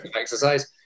exercise